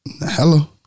hello